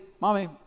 mommy